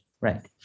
Right